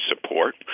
support